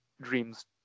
dreams